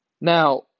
Now